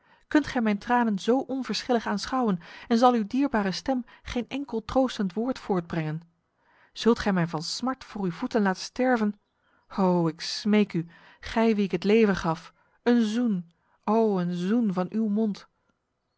kunt gij mijn tranen zo onverschillig aanschouwen en zal uw dierbare stem geen enkel troostend woord voortbrengen zult gij mij van smart voor uw voeten laten sterven o ik smeek u gij wie ik het leven gaf een zoen o een zoen van uw mond